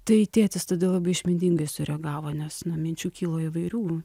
tai tėtis tada labai išmintingai sureagavo nes nu minčių kilo įvairių